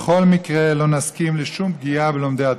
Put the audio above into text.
בכל מקרה לא נסכים לשום פגיעה בלומדי התורה.